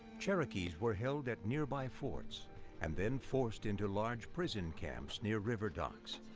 cherokees were held at nearby forts and then forced into large prison camps near river docks.